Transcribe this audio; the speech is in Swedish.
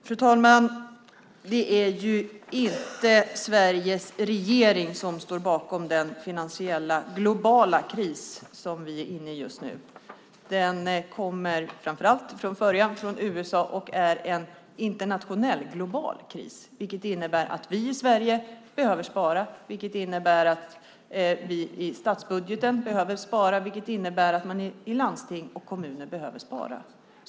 Fru talman! Det är inte Sveriges regering som står bakom den finansiella globala kris som vi är inne i just nu. Den kommer framför allt från USA och är en internationell kris, vilket innebär att vi i Sverige behöver spara, vilket innebär att vi i statsbudgeten behöver spara, vilket innebär att man i landsting och kommuner behöver spara.